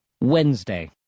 Wednesday